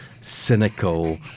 cynical